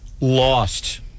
lost